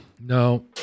No